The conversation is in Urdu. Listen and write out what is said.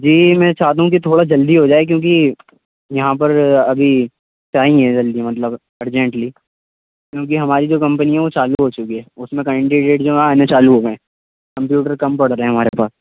جی میں چاہتا ہوں کہ تھوڑا جلدی ہو جائے کیوںکہ یہاں پر ابھی ٹائم نہیں ہے جلدی مطلب ارجنٹلی کیوںکہ ہماری جو کمپنی ہے وہ چالو ہو چکی ہے اس میں کنڈیڈیٹ جو ہے آنے چالو ہو گئے کمپیوٹر کم پڑ رہے ہیں ہمارے پاس